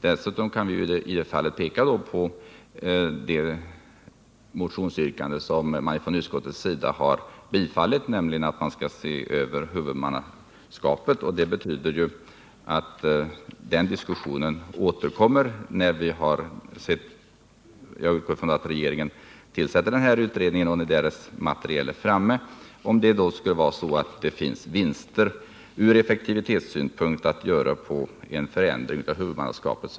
Dessutom kan jag peka på det motionsyrkande som utskottet nu har tillstyrkt, nämligen att man skall se över huvudmannaskapet. Jag utgår ifrån att regeringen tillsätter den föreslagna utredningen. Utskottet har alltså ansett att man bör undersöka om det ur effektivitetssynpunkt finns vinster att göra på en förändring av huvudmannaskapet.